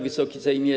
Wysoki Sejmie!